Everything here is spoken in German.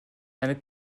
eine